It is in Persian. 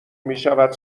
میشود